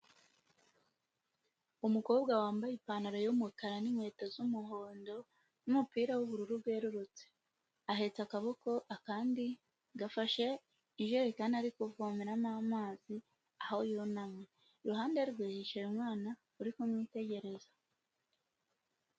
Umukobwa wambaye ipantaro y'umukara n'inkweto z'umuhondo n'umupira w'ubururu bwerurutse, ahetse akaboko akandi gafashe ijerekani, ari kuvomeramo amazi aho yunamye, iruhande rwe hicaye umwana uri kumwitegereza.